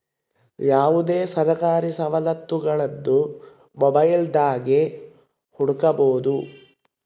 ಯಾವುದೇ ಸರ್ಕಾರಿ ಸವಲತ್ತುಗುಳ್ನ ಮೊಬೈಲ್ದಾಗೆ ಹುಡುಕಬೊದು